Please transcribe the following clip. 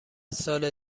سال